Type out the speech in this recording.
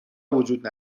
وجود